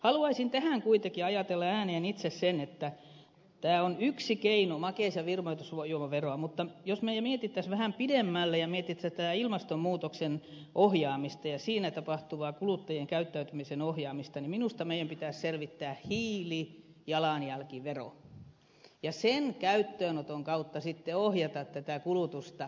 haluaisin tähän kuitenkin ajatella ääneen itse sen että tämä makeis ja virvoitusjuomavero on yksi keino makeisia virvoitus voi olla verran mutta jos me miettisimme vähän pidemmälle ja miettisimme tätä ilmastonmuutoksen ohjaamista ja siinä tapahtuvaa kuluttajien käyttäytymisen ohjaamista niin minusta meidän pitäisi selvittää hiilijalanjälkivero ja sen käyttöönoton kautta sitten ohjata tätä kulutusta